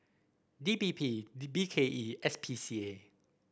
D P P B K E S P C A